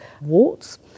warts